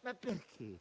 non perché